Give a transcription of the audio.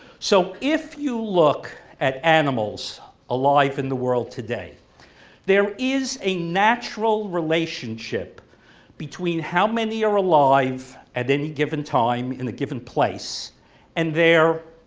so if you look at animals alive in the world today there is a natural relationship between how many are alive at any given time in a given place and their,